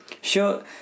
Sure